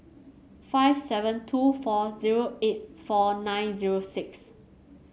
five seven two four zero eight four nine zero six